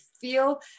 feel